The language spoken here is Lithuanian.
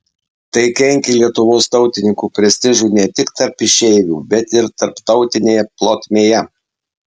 tai kenkė lietuvos tautininkų prestižui ne tik tarp išeivių bet ir tarptautinėje plotmėje